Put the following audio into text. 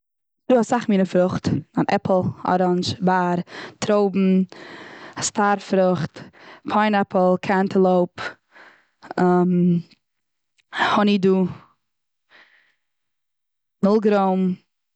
ס'דא אסאך מינע פרוכט. אן עפל, אראנדזש, באר, טרויבן, סטאר פרוכט, פיין עפל, קענטעלאופ, האנידו, מילגרוים.